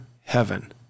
heaven